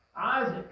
Isaac